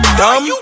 dumb